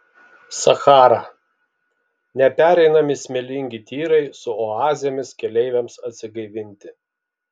sachara nepereinami smėlingi tyrai su oazėmis keleiviams atsigaivinti